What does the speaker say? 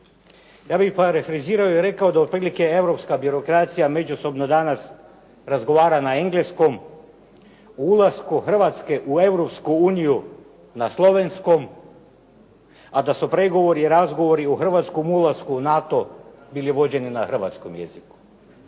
Ja bih parafrazirao i rekao da otprilike europska birokracija međusobno danas razgovara na engleskom, o ulasku Hrvatske u Europsku uniju na slovenskom, a da su pregovori i razgovori o Hrvatskom ulasku u NATO bili vođeni na hrvatskom jeziku.